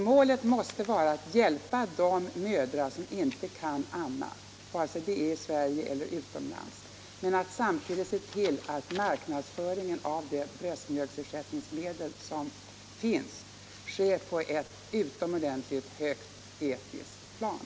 Målet måste vara att hjälpa de mödrar som inte kan amma, vare sig det är i Sverige eller utomlands, och att samtidigt se till att marknadsföringen av de bröstmjölksersättningsmedel som finns sker på ett utomordentligt högt etiskt plan.